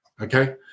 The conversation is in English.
okay